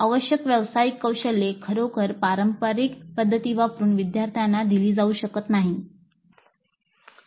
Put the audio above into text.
आवश्यक व्यावसायिक कौशल्ये खरोखर पारंपारिक पद्धती वापरुन विद्यार्थ्यांना दिली जाऊ शकत नाहीत